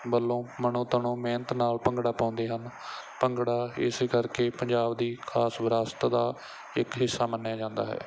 ਵੱਲੋਂ ਮਨੋ ਤਨੋ ਮਿਹਨਤ ਨਾਲ ਭੰਗੜਾ ਪਾਉਂਦੇ ਹਨ ਭੰਗੜਾ ਇਸ ਕਰਕੇ ਪੰਜਾਬ ਦੀ ਖ਼ਾਸ ਵਿਰਾਸਤ ਦਾ ਇੱਕ ਹਿੱਸਾ ਮੰਨਿਆ ਜਾਂਦਾ ਹੈ